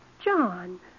John